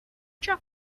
chap